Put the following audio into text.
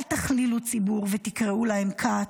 אל תכלילו ציבור ותקראו להם קאט.